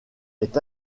est